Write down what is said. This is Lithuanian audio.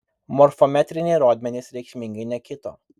morfometriniai rodmenys reikšmingai nekito